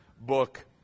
book